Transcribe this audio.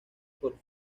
por